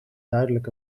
duidelijk